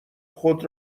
خود